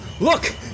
look